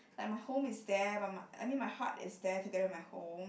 like my home is there but my I mean my heart is there together with my home